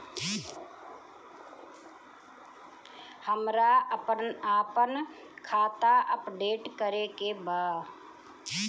हमरा आपन खाता अपडेट करे के बा